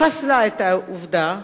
פסלה את העובדה,